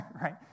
Right